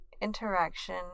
interaction